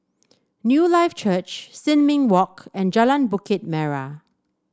Newlife Church Sin Ming Walk and Jalan Bukit Merah